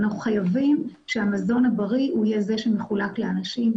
אנחנו חייבים שהמזון הבריא הוא יהיה זה שמחולק לאנשים,